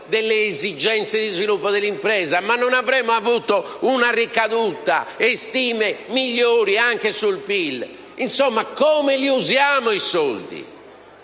delle esigenze di sviluppo dell'impresa? Non avremmo avuto una ricaduta e stime migliori anche sul PIL? Come usiamo i soldi